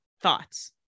Thoughts